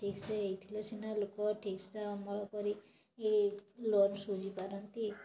ଠିକ୍ସେ ହୋଇଥିଲେ ସିନା ଲୋକ ଠିକ୍ ଅମଳ କରି ଲୋନ୍ ଶୁଝିପାରନ୍ତି